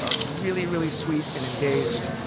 ah really, really sweet and engaged,